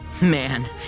Man